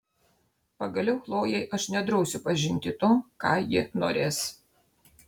pagaliau chlojei aš nedrausiu pažinti to ką ji norės